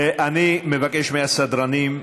אני מבקש מהסדרנים,